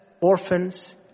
orphans